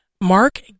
Mark